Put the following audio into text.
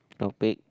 topic